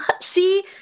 see